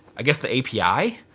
i guess the api?